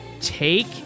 take